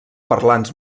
parlants